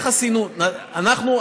אנחנו,